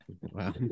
Wow